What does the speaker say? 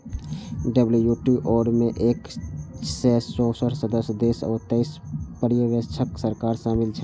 WTO मे एक सय चौंसठ सदस्य देश आ तेइस पर्यवेक्षक सरकार शामिल छै